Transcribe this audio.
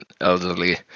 elderly